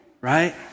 Right